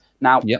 Now